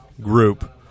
group